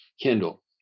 Kindle